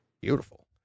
beautiful